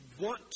want